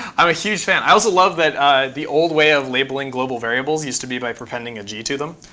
ah a huge fan. i also love that the old way of labeling global variables used to be by prepending a g to them.